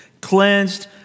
cleansed